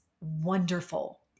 Wonderful